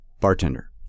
bartender